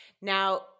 Now